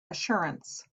assurance